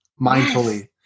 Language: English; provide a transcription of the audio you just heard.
mindfully